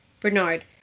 Bernard